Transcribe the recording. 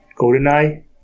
GoldenEye